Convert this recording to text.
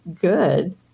good